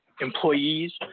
employees